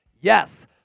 Yes